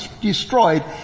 destroyed